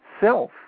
self